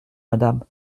madame